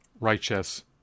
righteous